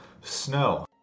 Snow